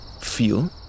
feel